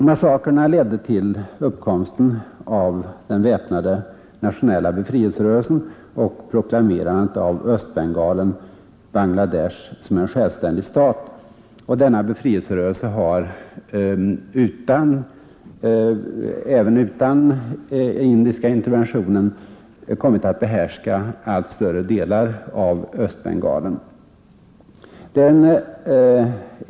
Massakrerna ledde till uppkomsten av den väpnade nationella befrielserörelsen och proklamerandet av Östbengalen — Bangla Desh — som en självständig stat. Befrielserörelsen har även utan den indiska interventionen kommit att behärska allt större delar av Östbengalen.